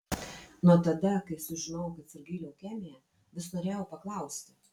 nuo tada kai sužinojau kad sirgai leukemija vis norėjau paklausti